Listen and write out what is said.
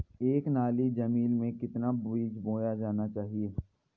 एक नाली जमीन में कितना बीज बोया जाना चाहिए?